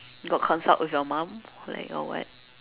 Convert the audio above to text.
got consult with your mum like or what